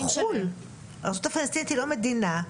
הרשות הפלסטינית היא לא מדינה,